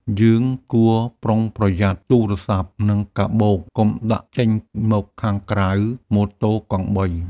យើងគួរប្រុងប្រយ័ត្នទូរស័ព្ទ និងកាបូប កុំដាក់ចេញមកខាងក្រៅម៉ូតូកង់បី។